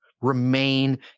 remain